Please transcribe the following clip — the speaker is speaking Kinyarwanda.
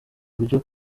buryo